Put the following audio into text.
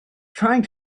trying